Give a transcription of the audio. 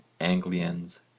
Anglians